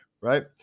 right